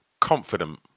confident